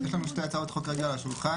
יש לנו כרגע שתי הצעות חוק על השולחן.